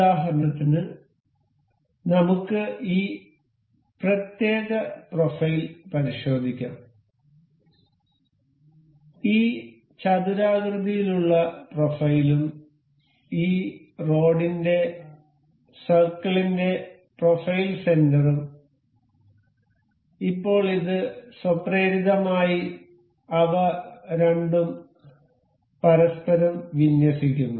ഉദാഹരണത്തിന് നമുക്ക് ഈ പ്രത്യേക പ്രൊഫൈൽ പരിശോധിക്കാം ഈ ചതുരാകൃതിയിലുള്ള പ്രൊഫൈലും ഈ റോഡിന്റെ സർക്കിൾന്റെ പ്രൊഫൈൽ സെന്റർറൂം ഇപ്പോൾ ഇത് സ്വപ്രേരിതമായി അവ രണ്ടും പരസ്പരം വിന്യസിക്കുന്നു